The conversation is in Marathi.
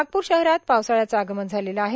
नागपूर शहरात पावसाळ्याचे आगमन झालेले आहेत